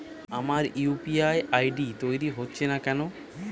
আমার UPI ID তৈরি হচ্ছে না কেনো?